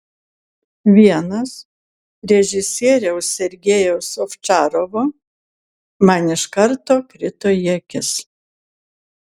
vienas režisieriaus sergejaus ovčarovo man iš karto krito į akis